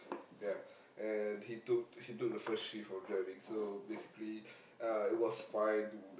ya and he took he took the first shift of driving so basically uh it was fine